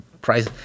price